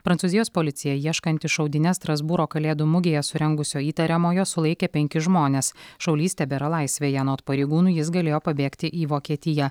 prancūzijos policija ieškanti šaudynes strasbūro kalėdų mugėje surengusio įtariamojo sulaikė penkis žmones šaulys tebėra laisvėje anot pareigūnų jis galėjo pabėgti į vokietiją